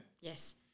Yes